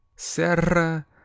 Serra